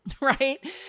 right